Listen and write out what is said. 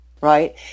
right